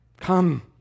Come